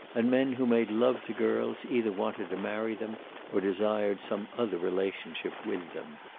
and men who made love to girls either wanted to marry them or desired some other relationship with them.